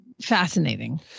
Fascinating